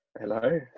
Hello